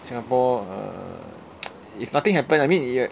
singapore uh if nothing happen I mean